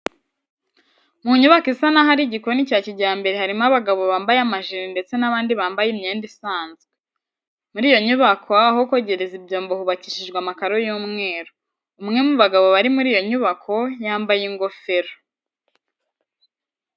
Mu nyubako isa naho ari igikoni cya kijyambere harimo abagabo bambaye amajiri ndetse n'abandi bambaye imyenda isanzwe. Muri iyo nyubako aho kogereza ibyombo hubakishijwe amakaro y'umweru. Umwe mu bagabo bari muri iyo nyubako yambaye ingofero.